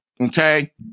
Okay